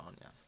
yes